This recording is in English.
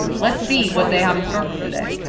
let's see what they have in store for me today.